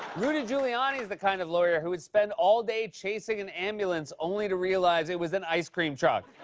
rudy giuliani is the kind of lawyer who would spend all day chasing an ambulance only to realize it was an ice cream truck.